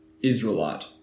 Israelite